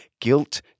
Guilt